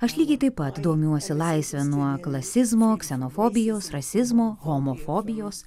aš lygiai taip pat domiuosi laisve nuo klasizmo ksenofobijos rasizmo homofobijos